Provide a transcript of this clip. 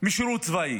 משירות צבאי?